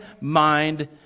mind